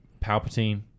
Palpatine